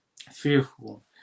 fearful